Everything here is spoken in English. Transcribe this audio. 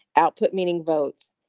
output, meaning votes.